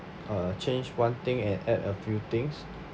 uh change one thing and add a few things